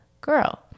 girl